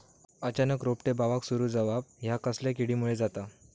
अचानक रोपटे बावाक सुरू जवाप हया कसल्या किडीमुळे जाता?